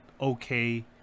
okay